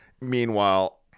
meanwhile